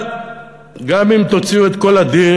אבל גם אם תוציאו את כל הדיר,